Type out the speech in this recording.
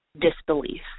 disbelief